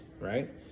Right